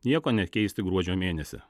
nieko nekeisti gruodžio mėnesį